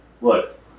look